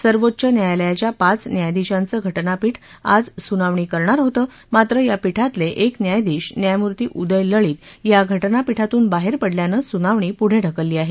सर्वोच्च न्यायालयाच्या पाच न्यायाधीशांचं घटनापीठ आज सुनावणी सुरु करणार होतं मात्र या पीठातले एक न्यायाधीश न्यायमूर्ती उदय लळित या घटनापीठातून बाहेर पडल्यानं सुनावणी पुढं ढकलली आहे